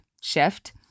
shift